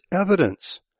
evidence